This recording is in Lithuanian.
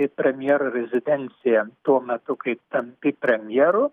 į premjero rezidenciją tuo metu kai tampi premjeru